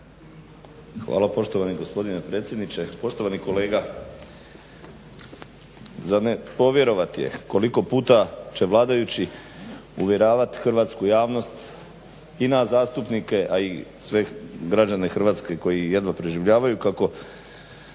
Hvala poštovani gospodine predsjedniče. Poštovani kolega, za ne povjerovati koliko će puta vladajući uvjeravati hrvatsku javnosti i nas zastupnike, a i sve građane Hrvatske koji jedva preživljavaju kako